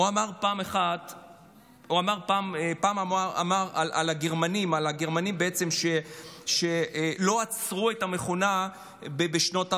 פעם הוא אמר על הגרמנים שלא עצרו את המכונה של הנאציזם בשנות הארבעים,